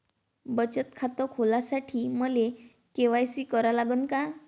बचत खात खोलासाठी मले के.वाय.सी करा लागन का?